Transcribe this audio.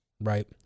right